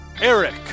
Eric